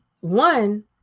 one